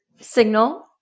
signal